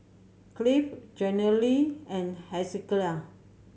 Cleve Jenilee and Hezekiah